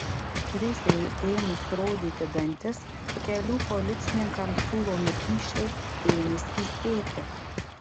krizei ėmus rodyti dantis kelių policininkams siūlomi kyšiai ėmė skystėti